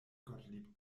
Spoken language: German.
gottlieb